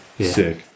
sick